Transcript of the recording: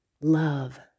love